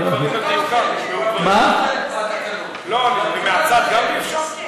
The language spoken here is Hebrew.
מהצד גם אי-אפשר?